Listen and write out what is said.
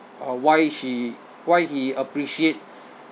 uh why she why he appreciate